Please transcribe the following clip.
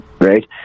right